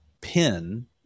pin